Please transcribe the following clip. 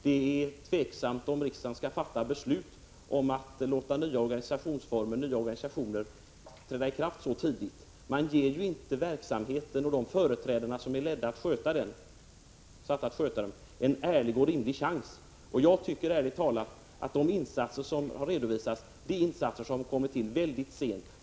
Det är osäkert om riksdagen bör fatta beslut om att låta nya organisationsformer träda i kraft så tidigt. Man ger ju inte verksamheten och de företrädare som är satta att sköta den en ärlig och rimlig chans. Jag tycker, ärligt talat, att de insatser som har redovisats har kommit till mycket sent.